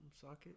socket